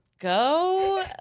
go